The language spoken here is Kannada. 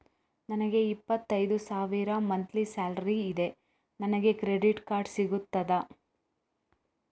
ನನಗೆ ಇಪ್ಪತ್ತೈದು ಸಾವಿರ ಮಂತ್ಲಿ ಸಾಲರಿ ಇದೆ, ನನಗೆ ಕ್ರೆಡಿಟ್ ಕಾರ್ಡ್ ಸಿಗುತ್ತದಾ?